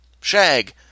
Shag